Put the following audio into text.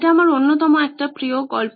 এটা আমার অন্যতম একটা প্রিয় গল্প